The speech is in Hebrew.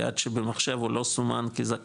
כי עד שבמחשב הוא לא סומן כזכאי